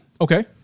Okay